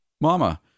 Mama